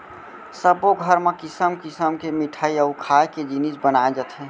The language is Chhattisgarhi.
सब्बो घर म किसम किसम के मिठई अउ खाए के जिनिस बनाए जाथे